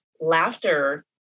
laughter